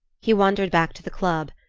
he wandered back to the club,